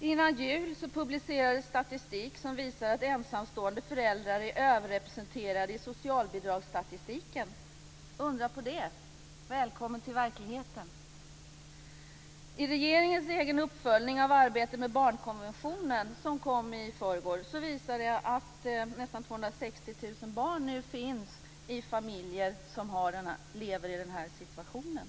Innan jul publicerades statistik som visade att ensamstående föräldrar är överrepresenterade i socialbidragsstatistiken. Undra på det! Välkommen till verkligheten! Regeringens egen uppföljning av arbetet med barnkonventionen som kom i förrgår visar att nästan 260 000 barn nu finns i familjer som lever i den här situationen.